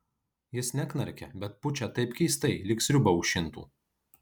jis neknarkia bet pučia taip keistai lyg sriubą aušintų